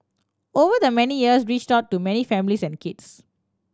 over the many years reached out to many families and kids